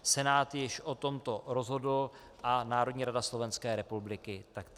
Senát již o tomto rozhodl a Národní rada Slovenské republiky taktéž.